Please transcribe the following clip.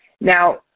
now